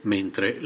Mentre